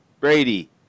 Brady